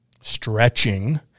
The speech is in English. stretching